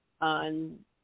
on